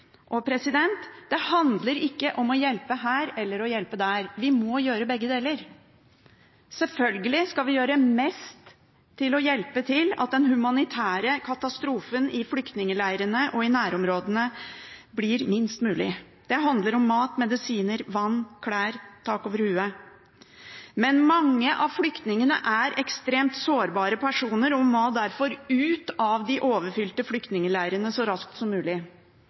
Det handler ikke om å hjelpe her eller hjelpe der. Vi må gjøre begge deler. Selvfølgelig skal vi gjøre mest for å hjelpe til slik at den humanitære katastrofen i flyktningleirene og nærområdene blir minst mulig. Det handler om mat, medisiner, vann, klær og tak over hodet. Men mange av flyktningene er ekstremt sårbare personer og må derfor ut av de overfylte flyktningleirene så raskt som mulig.